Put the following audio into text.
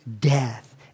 death